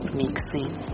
mixing